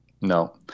No